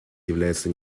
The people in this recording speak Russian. является